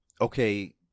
okay